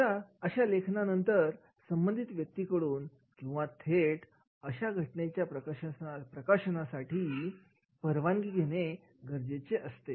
आता अशा लेखनानंतर आपल्याला संबंधित व्यक्तीकडून किंवा संस्थेकडूनअशा घटनेची प्रकाशनासाठी परवानगी घेणे गरजेचे असते